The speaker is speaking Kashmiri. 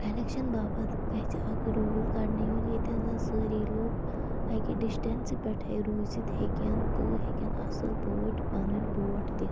الیٚکشَن باپَتھ گژھہِ اَکھ روٗل کڑنہٕ یُن ییٚتیٚن زَن سٲری لوٗکھ اَکہِ ڈِسٹیٚنسہٕ پٮ۪ٹھے روٗزِتھ ہیٚکیٚن تہٕ ہیٚکیٚن اصٕل پٲٹھۍ پَنٕنۍ ووٹ دِتھ